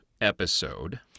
episode